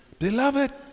Beloved